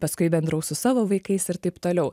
paskui bendraus su savo vaikais ir taip toliau